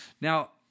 Now